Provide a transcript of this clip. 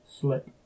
slip